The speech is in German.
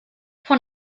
von